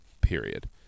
period